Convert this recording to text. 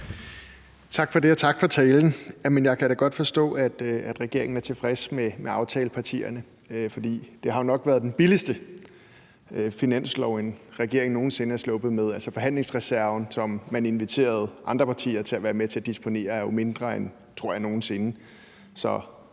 Tak for det, og tak for talen. Jeg kan da godt forstå, at regeringen er tilfreds med aftalepartierne, for det har jo nok været den billigste finanslov, en regering nogen sinde er sluppet med. Altså, forhandlingsreserven, som man inviterede andre partier til at være med til at disponere over, er jo mindre end nogen sinde,